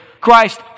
Christ